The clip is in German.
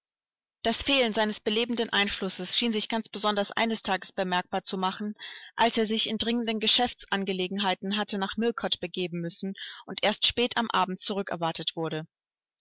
das fehlen seines belebenden einflusses schien sich ganz besonders eines tages bemerkbar zu ma chen als er sich in dringenden geschäftsangelegenheiten hatte nach millcote begeben müssen und erst spät am abend zurückerwartet wurde